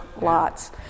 lots